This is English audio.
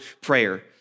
prayer